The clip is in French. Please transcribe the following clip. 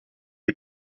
les